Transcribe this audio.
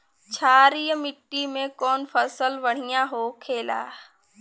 क्षारीय मिट्टी में कौन फसल बढ़ियां हो खेला?